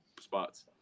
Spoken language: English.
spots